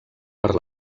per